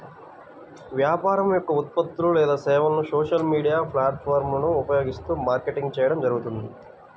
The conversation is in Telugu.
వ్యాపారం యొక్క ఉత్పత్తులు లేదా సేవలను సోషల్ మీడియా ప్లాట్ఫారమ్లను ఉపయోగిస్తూ మార్కెటింగ్ చేయడం జరుగుతుంది